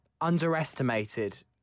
underestimated